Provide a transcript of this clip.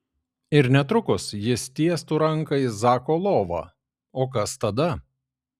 ir netrukus jis tiestų ranką į zako lovą o kas tada